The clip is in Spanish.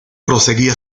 proseguía